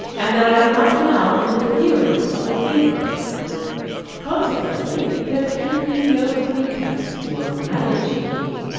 and that i am not now in the delirium of a fever consequently, there can be no pretence for managing me.